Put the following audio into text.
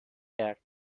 کرد